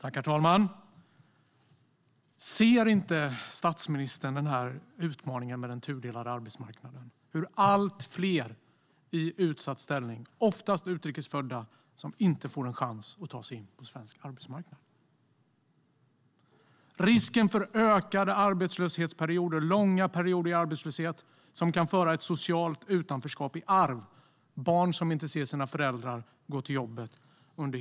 Herr talman! Ser inte statsministern utmaningen med den tudelade arbetsmarknaden, hur allt fler i utsatt ställning, ofta utrikes födda, inte får en chans att ta sig in på svensk arbetsmarknad? Ser han inte risken för ökade arbetslöshetsperioder - långa perioder i arbetslöshet som kan föra ett socialt utanförskap i arv? Det handlar om barn som under hela uppväxten inte ser sina föräldrar gå till jobbet.